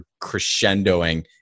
crescendoing